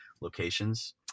locations